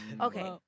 okay